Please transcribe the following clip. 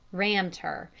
rammed her,